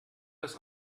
das